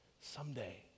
Someday